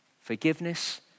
Forgiveness